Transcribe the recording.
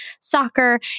soccer